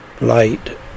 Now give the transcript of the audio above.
Light